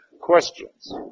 questions